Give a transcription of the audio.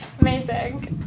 Amazing